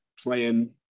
playing